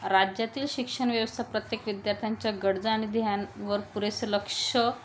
राज्यातील शिक्षण व्यवस्था प्रत्येक विद्यार्थ्यांच्या गरजा आणि ध्यानवर पुरेसं लक्ष